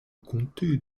comté